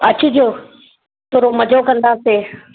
अचु जो थोरो मज़ो कंदासीं